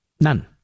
None